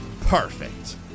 Perfect